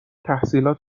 تحصیلات